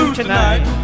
tonight